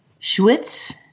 Schwitz